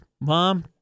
Mom